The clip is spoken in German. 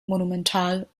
monumental